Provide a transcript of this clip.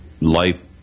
life